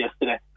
yesterday